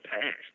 past